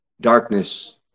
darkness